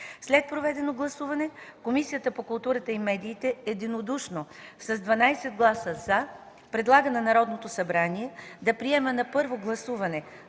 След проведено гласуване Комисията по културата и медиите eдинодушно с 12 гласа „за” предлага на Народното събрание да приеме на първо гласуване